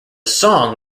song